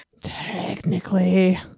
technically